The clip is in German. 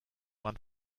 man